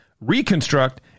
reconstruct